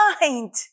mind